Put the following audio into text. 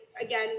again